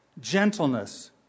gentleness